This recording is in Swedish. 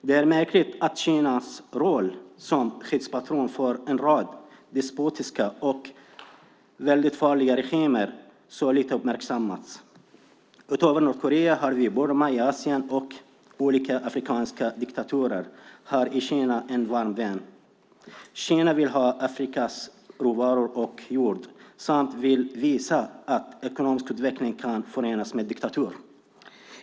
Det är märkligt att Kinas roll som skyddspatron för en rad despotiska och väldigt farliga regimer uppmärksammats så lite. Nordkorea, Burma och olika afrikanska diktatorer har i Kina en varm vän. Kina vill ha afrikanska råvaror och jord samt vill visa att ekonomisk utveckling kan förenas med diktatur.